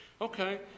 Okay